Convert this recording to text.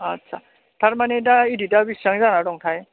आस्सा थारमाने दा एदिटआ बेसेबां जाना दंथाय